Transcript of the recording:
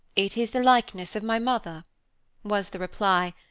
it is the likeness of my mother was the reply,